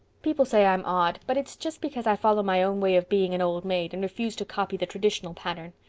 people say i'm odd but it's just because i follow my own way of being an old maid and refuse to copy the traditional pattern.